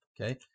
Okay